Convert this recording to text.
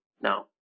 No